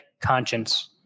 conscience